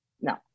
No